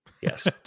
Yes